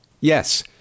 Yes